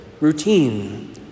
routine